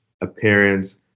appearance